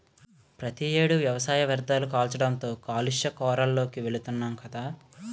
ప్రతి ఏడు వ్యవసాయ వ్యర్ధాలు కాల్చడంతో కాలుష్య కోరల్లోకి వెలుతున్నాం గదా